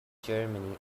germany